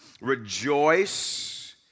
rejoice